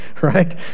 right